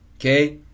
okay